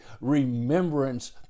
remembrance